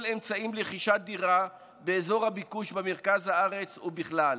אמצעים לרכישת דירה באזור הביקוש במרכז הארץ ובכלל.